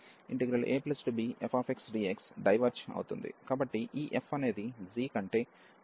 కాబట్టి ఈ f అనేది g కంటే తక్కువ విలువలను తీసుకుంటుంది